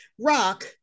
rock